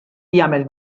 jagħmel